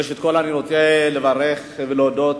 ראשית כול אני רוצה לברך ולהודות